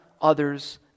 others